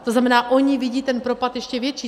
To znamená, oni vidí ten propad ještě větší.